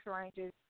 ranges